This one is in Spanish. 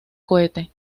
cohete